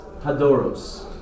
Hadoros